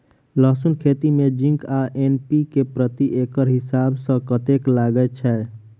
लहसून खेती मे जिंक आ एन.पी.के प्रति एकड़ हिसाब सँ कतेक लागै छै?